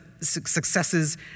successes